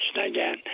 again